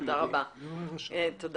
תודה רבה, תומר.